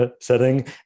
setting